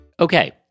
Okay